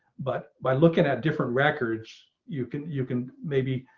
but by looking at different records you can you can maybe